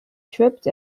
tripped